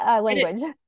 language